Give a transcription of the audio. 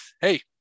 hey